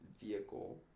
vehicle